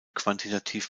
quantitativ